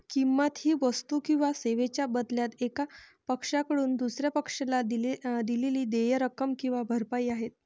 किंमत ही वस्तू किंवा सेवांच्या बदल्यात एका पक्षाकडून दुसर्या पक्षाला दिलेली देय रक्कम किंवा भरपाई आहे